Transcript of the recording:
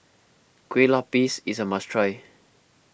Kue Lupis is a must try